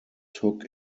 took